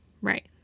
Right